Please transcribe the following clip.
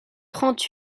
trente